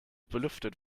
belüftet